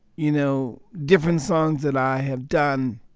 you know, different songs that i have done,